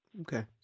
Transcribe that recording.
Okay